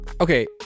Okay